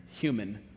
human